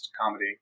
comedy